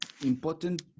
important